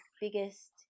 biggest